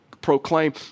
proclaim